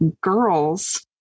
girls